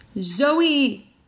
Zoe